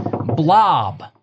Blob